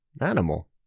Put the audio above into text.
Animal